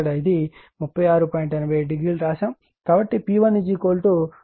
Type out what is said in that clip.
87o అని వ్రాయబడింది